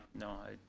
no,